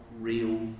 real